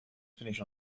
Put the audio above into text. finish